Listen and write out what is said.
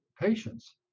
patients